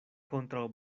kontraŭ